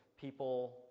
people